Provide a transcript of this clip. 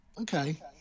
Okay